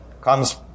comes